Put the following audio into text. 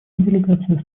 делегации